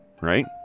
right